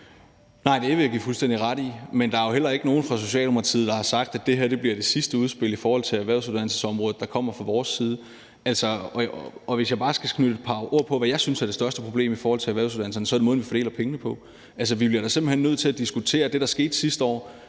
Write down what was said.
Marlene Harpsøe fuldstændig ret i. Men der er jo heller ikke nogen fra Socialdemokratiet, der har sagt, at det her bliver det sidste udspil på erhvervsuddannelsesområdet, der kommer fra vores side. Hvis jeg bare skal knytte et par ord til, hvad jeg synes er det største problem i forhold til erhvervsuddannelserne, så er det måden, vi fordeler pengene på. Vi bliver da simpelt hen nødt til at diskutere det, der skete sidste år.